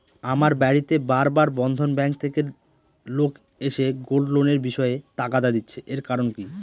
আমার বাড়িতে বার বার বন্ধন ব্যাংক থেকে লোক এসে গোল্ড লোনের বিষয়ে তাগাদা দিচ্ছে এর কারণ কি?